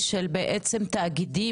של בעצם תאגידים,